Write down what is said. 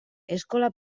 eskola